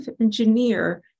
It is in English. engineer